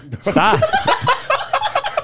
Stop